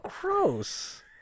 gross